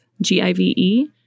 G-I-V-E